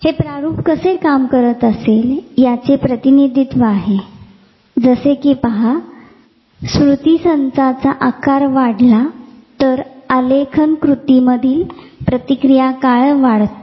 तर हे प्रारूप कसे काम करत असेल याचे हे प्रतिनिधित्व आहे जसे कि पहा स्मृती संचाचा आकार वाढला तर आलेखन कृतीमधील प्रतिक्रिया काळ वाढतो